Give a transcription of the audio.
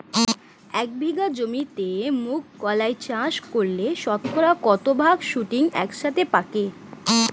এক বিঘা জমিতে মুঘ কলাই চাষ করলে শতকরা কত ভাগ শুটিং একসাথে পাকে?